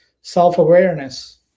self-awareness